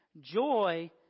joy